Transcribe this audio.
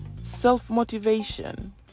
self-motivation